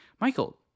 Michael